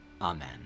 Amen